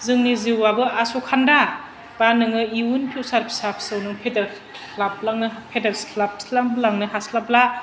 जोंनि जिउआबो आसखानदा बा नोङो इयुन फिउसार फिसा फिसौनो फेदेर गाबलांनो फेदेर स्लाबस्लाबलांनो हास्लाबला